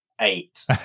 eight